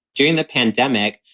during the pandemic,